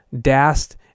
DAST